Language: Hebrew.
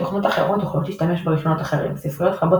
תוכנות אחרות יכולות להשתמש ברישיונות אחרים; ספריות רבות